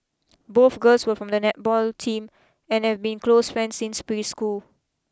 both girls were from the netball team and have been close friends since preschool